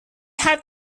had